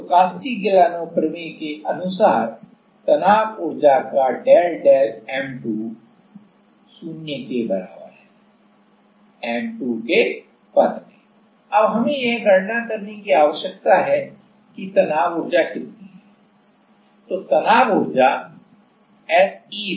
तो कास्टिग्लिआनो प्रमेय के अनुसार तनाव ऊर्जा का डेल डेल M2 0 है M2 के पद में अब हमें यह गणना करने की आवश्यकता है कि तनाव ऊर्जा कितनी है